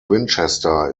winchester